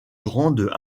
grande